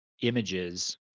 images